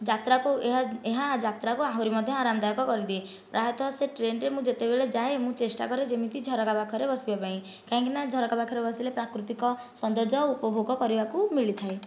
ଯାତ୍ରାକୁ ଏହା ଯାତ୍ରାକୁ ଆହୁରି ମଧ୍ୟ ଆରମଦାୟକ କରିଦିଏ ପ୍ରାୟତଃ ସେ ଟ୍ରେନରେ ମୁଁ ଯେତେବେଳେ ଯାଏ ମୁଁ ଚେଷ୍ଟା କରେ ଯେମିତି ଝରକା ପାଖରେ ବସିବା ପାଇଁ କାହିଁକି ନା ଝରକା ପାଖରେ ବସିଲେ ପ୍ରାକୃତିକ ସୌନ୍ଦର୍ଯ୍ୟ ଉପଭୋଗ କରିବାକୁ ମିଳିଥାଏ